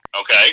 Okay